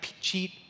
cheat